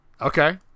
Okay